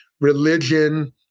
religion